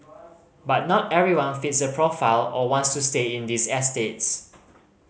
but not everyone fits the profile or wants to stay in these estates